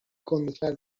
گندهتر